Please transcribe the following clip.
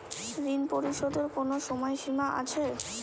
ঋণ পরিশোধের কোনো সময় সীমা আছে?